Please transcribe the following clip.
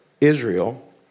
Israel